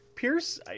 Pierce